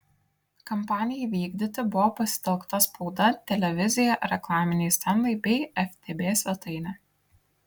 kampanijai vykdyti buvo pasitelkta spauda televizija reklaminiai stendai bei ftb svetainė